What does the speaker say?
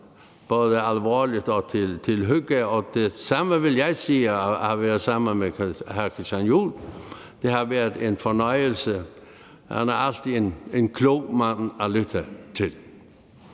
både alvorlige ting og hygge – og det samme vil jeg sige om at være sammen med hr. Christian Juhl. Det har været en fornøjelse. Han er altid en klog mand at lytte til.